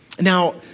Now